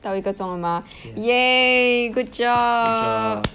到一个钟了吗 !yay! good job